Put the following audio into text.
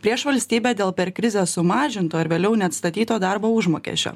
prieš valstybę dėl per krizę sumažintų ar vėliau neatstatyto darbo užmokesčio